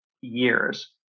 years